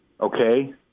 okay